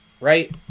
right